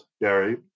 Gary